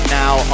now